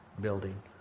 building